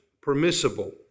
permissible